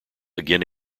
again